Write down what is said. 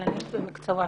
וכלכלנית במקצוע שלי.